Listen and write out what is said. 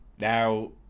Now